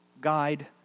guide